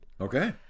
Okay